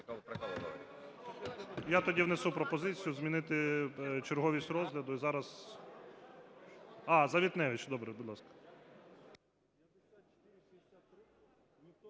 Я тоді внесу пропозицію змінити черговість розгляду